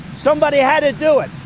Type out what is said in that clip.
somebody had to do it,